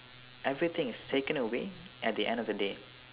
everything is taken away at the end of the day